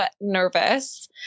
nervous